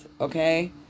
Okay